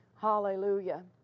hallelujah